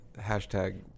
hashtag